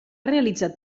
realitzat